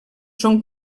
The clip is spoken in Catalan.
són